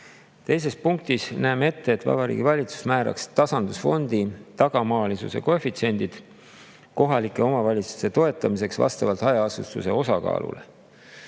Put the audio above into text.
Teises punktis näeme ette, et Vabariigi Valitsus määraks tasandusfondi tagamaalisuse koefitsiendi kohalike omavalitsuste toetamiseks vastavalt hajaasustuse osakaalule.